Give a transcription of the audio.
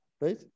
right